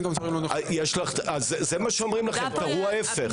תראו ההפך.